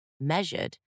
measured